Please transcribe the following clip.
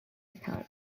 account